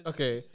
Okay